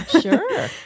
Sure